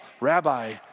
Rabbi